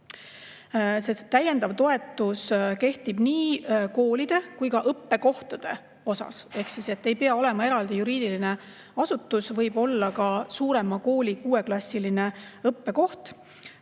Täiendav toetus kehtib nii koolidele kui ka õppekohtadele. Ehk ei pea olema eraldi juriidiline asutus, võib olla ka suurema kooli kuueklassiline õppekoht,